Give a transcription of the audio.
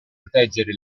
proteggere